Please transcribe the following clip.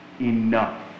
enough